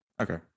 Okay